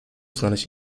znaleźć